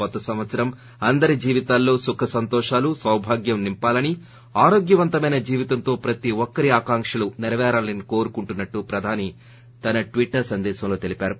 కొత్త సంవత్సరం అందరి జీవితాల్లో సుఖసంతోషాలు సాభాగ్యంోనింపాలని ఆరోగ్యవంతమైన జీవితంతో ప్రతి ఒక్కరి ఆకాంక్షలు సెరపేరాలని కోరుకుంటున్నట్టు ప్రధాని తన ట్విట్టర్ సందేశంలో తెలిపారు